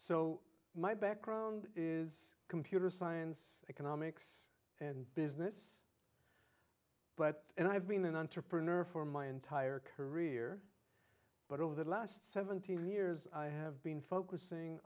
so my background is computer science economics and business but i have been an entrepreneur for my entire career but over the last seventeen years i have been focusing